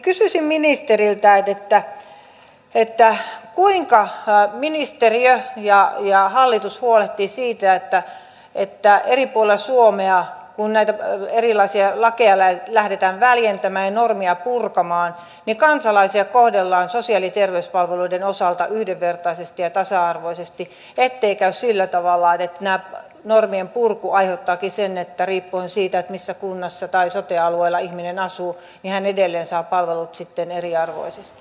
kysyisin ministeriltä kuinka ministeriö ja hallitus huolehtivat siitä että eri puolilla suomea kun näitä erilaisia lakeja lähdetään väljentämään ja normeja purkamaan kansalaisia kohdellaan sosiaali ja terveyspalveluiden osalta yhdenvertaisesti ja tasa arvoisesti ettei käy sillä tavalla että tämä normien purku aiheuttaakin sen että riippuen siitä missä kunnassa tai sote alueella ihminen asuu hän edelleen saa palvelut sitten eriarvoisesti